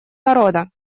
народа